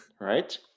right